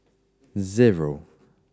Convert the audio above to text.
zero